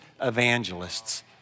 evangelists